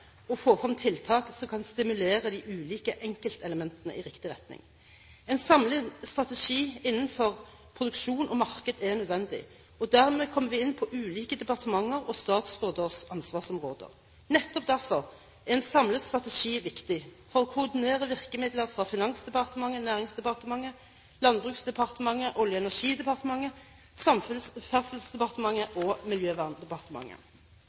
få frem tiltak som kan stimulere de ulike enkeltelementene i riktig retning. En samlet strategi innenfor produksjon og marked er nødvendig, og dermed kommer vi inn på ulike departementer og statsråders ansvarsområde. Nettopp derfor er en samlet strategi viktig, for å koordinere virkemidler fra Finansdepartementet, Næringsdepartementet, Landbruksdepartementet, Olje- og energidepartementet, Samferdselsdepartementet og Miljøverndepartementet.